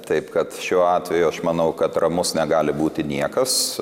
taip kad šiuo atveju aš manau kad ramus negali būti niekas